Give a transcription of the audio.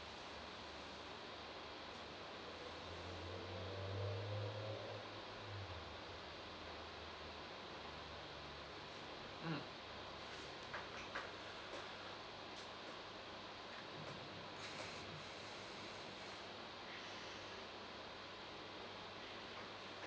mm